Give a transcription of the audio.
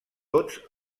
tots